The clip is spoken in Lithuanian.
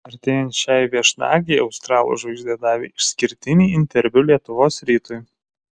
artėjant šiai viešnagei australų žvaigždė davė išskirtinį interviu lietuvos rytui